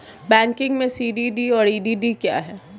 Banking में CDD और EDD क्या हैं?